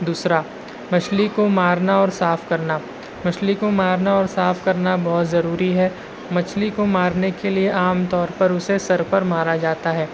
دوسرا مچھلی کو مارنا اور صاف کرنا مچھلی کو مارنا اور صاف کرنا بہت ضروری ہے مچھلی کو مارنے کے لیے عام طور پر اسے سر پر مارا جاتا ہے